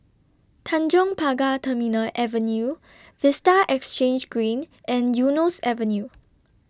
Tanjong Pagar Terminal Avenue Vista Exhange Green and Eunos Avenue